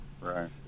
Right